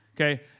Okay